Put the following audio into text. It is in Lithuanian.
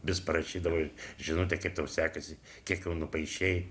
vis prašydavai žinutę kaip tau sekasi kiek jau nupaišei